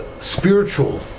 spiritual